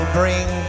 bring